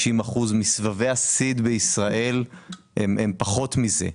90% מסבבי הסיד בישראל הם פחות מזה,